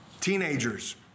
Teenagers